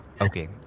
Okay